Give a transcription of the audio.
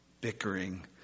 bickering